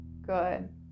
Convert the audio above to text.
good